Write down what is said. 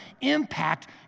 impact